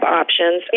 options